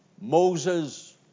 Moses